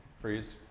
Freeze